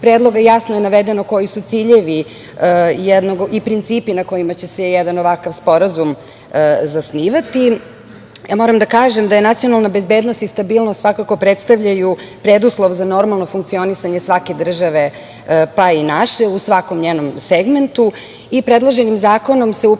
predloga jasno je navedeno koji su ciljevi i principi na kojima će se jedan ovakav sporazum zasnivati. Moram da kažem da nacionalna bezbednost i stabilnost svakako predstavljaju preduslov za normalno funkcionisanje svake države, pa i naše, u svakom njenom segmentu. Predloženim zakonom se upravo